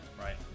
Right